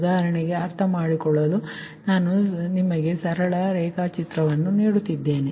ಉದಾಹರಣೆಗೆ ಅರ್ಥಮಾಡಿಕೊಳ್ಳಲು ನಾನು ನಿಮಗೆ ಸರಳ ರೇಖಾಚಿತ್ರವನ್ನು ನೀಡುತ್ತಿದ್ದೇನೆ